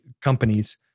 companies